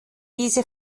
diese